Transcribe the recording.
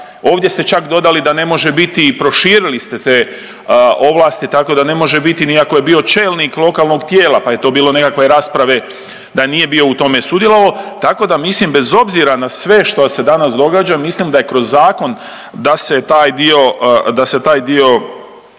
Ovdje ste čak dodali da ne može biti i prošili ste te ovlasti tako da ne može biti ni ako je bio čelnik lokalnog tijela pa je to bilo nekakve rasprave da nije bio u tome sudjelovao. Tako da mislim bez obzira na sve što se danas događa mislim da je kroz zakon da se taj dio,